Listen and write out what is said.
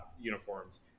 uniforms